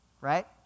Right